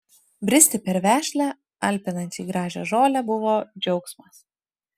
bristi per vešlią alpinančiai gražią žolę buvo džiaugsmas